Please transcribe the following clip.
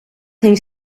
hing